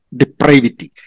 depravity